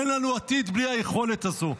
אין לנו עתיד בלי היכולת הזו.